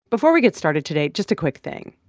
before we get started today, just a quick thing.